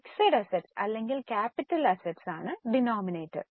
fixed assets അല്ലെങ്കിൽ capital assets ആണ് denominator